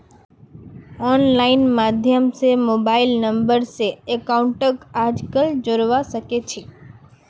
online माध्यम स mobile number स अकाउंटक आजकल जोडवा सके छी